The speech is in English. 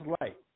light